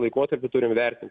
laikotarpį turim verti